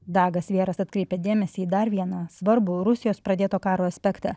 dagas vieras atkreipia dėmesį į dar vieną svarbų rusijos pradėto karo aspektą